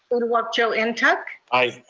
uduak-joe and ntuk? aye.